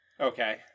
Okay